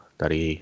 dari